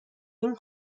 این